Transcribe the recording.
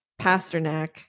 Pasternak